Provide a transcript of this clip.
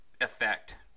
effect